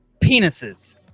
penises